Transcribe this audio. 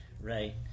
right